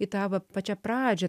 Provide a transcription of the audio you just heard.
į tą va pačią pradžią